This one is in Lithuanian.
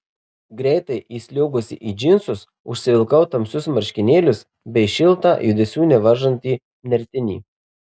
greitai įsliuogusi į džinsus užsivilkau tamsius marškinėlius bei šiltą judesių nevaržantį nertinį